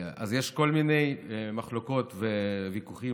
אז יש כל מיני מחלוקות וויכוחים,